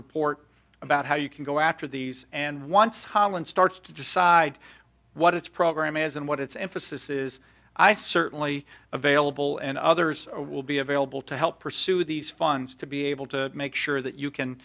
report about how you can go after these and once holland starts to decide what its program is and what its emphasis is i think certainly available and others will be available to help pursue these funds to be able to make sure that you can